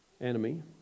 enemy